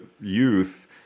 youth